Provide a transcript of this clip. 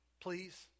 Please